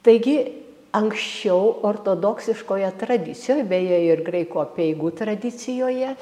taigi anksčiau ortodoksiškoje tradicijoj beje ir graikų apeigų tradicijoje